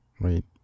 right